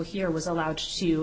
here was allowed to